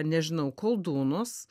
nežinau koldūnus